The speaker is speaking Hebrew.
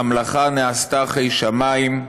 / המלאכה נעשתה, חי שמיים.